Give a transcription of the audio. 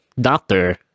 doctor